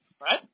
right